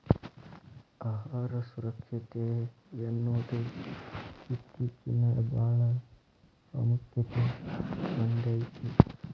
ಆಹಾರ ಸುರಕ್ಷತೆಯನ್ನುದು ಇತ್ತೇಚಿನಬಾಳ ಪ್ರಾಮುಖ್ಯತೆ ಹೊಂದೈತಿ